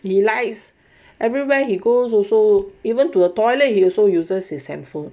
you lies everywhere he goes also even to a toilet he also uses his handphone